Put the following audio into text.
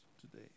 today